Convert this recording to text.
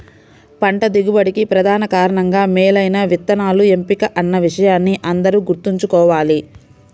పంట దిగుబడికి ప్రధాన కారణంగా మేలైన విత్తనాల ఎంపిక అన్న విషయాన్ని అందరూ గుర్తుంచుకోవాలి